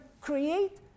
create